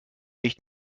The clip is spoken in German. nicht